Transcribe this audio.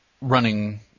running